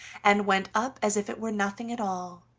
and went up as if it were nothing at all.